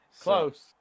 Close